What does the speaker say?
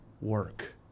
work